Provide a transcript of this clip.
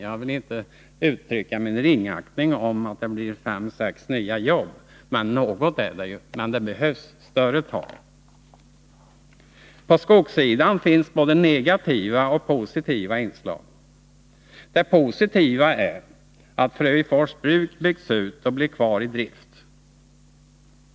Jag vill visserligen inte uttrycka min ringaktning över att det blir fem sex nya jobb — något är det ju — men det behövs större tag. På skogssidan finns både negativa och positiva inslag. Det positiva är att Frövifors bruk byggts ut och blir kvar i drift.